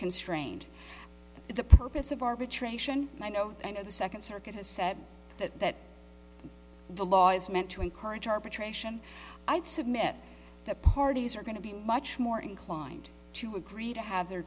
constrained the purpose of arbitration and i know i know the second circuit has said that the law is meant to encourage arbitration i'd submit the parties are going to be much more inclined to agree to have their